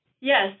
Yes